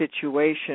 situation